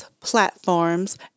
platforms